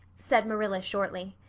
said marilla shortly.